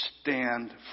stand